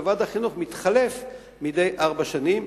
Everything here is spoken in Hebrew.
וועד החינוך מתחלף מדי ארבע שנים.